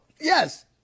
Yes